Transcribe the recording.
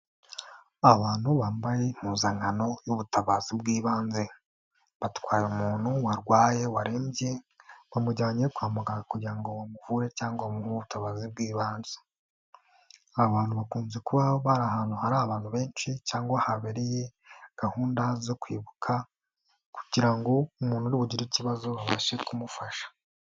Abantu bambaye impuzankano y'ubutabazi bw'ibanze, batwaye umuntu warwaye, warembye, bamujyanye kwa muganga kugira ngo bamuvure cyangwa bamuhe ubutabazi bw'ibanze, aba bantu bakunze bari ahantu hari abantu benshi cyangwa habereye gahunda zo kwibuka kugira ngo umuntu uribugire ikibazo babashe kumufasha.